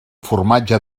formatge